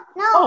no